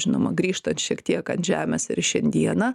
žinoma grįžtant šiek tiek ant žemės ir į šiandieną